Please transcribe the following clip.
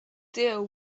deal